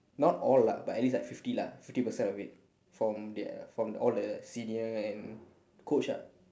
not all ah but at least like fifty lah fifty percent of it from the from all the senior and coach ah